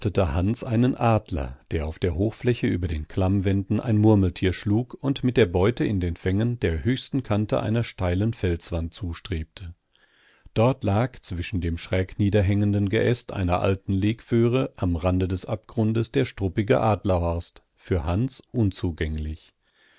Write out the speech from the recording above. einen adler der auf der hochfläche über den klammwänden ein murmeltier schlug und mit der beute in den fängen der höchsten kante einer steilen felswand zustrebte dort lag zwischen dem schräg niederhängenden geäst einer alten legföhre am rande des abgrundes der struppige adlerhorst für hans unzugänglich